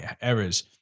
errors